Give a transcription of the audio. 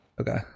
Okay